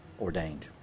ordained